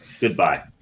Goodbye